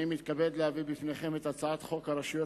אני מתכבד להביא בפניכם את הצעת חוק הרשויות